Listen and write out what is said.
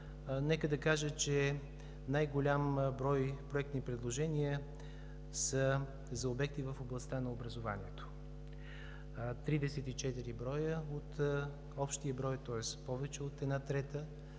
нека да кажа, че най-голям брой проектни предложения са за обекти в областта на образованието. 34 броя от общия брой, тоест повече от една трета